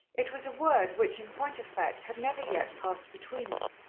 it was a word which, in point of fact, had never yet passed between them.